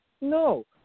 No